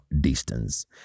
distance